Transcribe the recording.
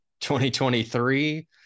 2023